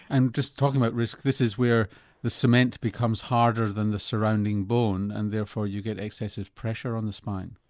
and just talking about risk, this is where the cement becomes harder than the surrounding bone and therefore you get excessive pressure on the spine.